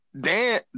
Dan